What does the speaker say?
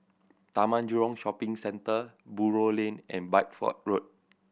Taman Jurong Shopping Centre Buroh Lane and Bideford Road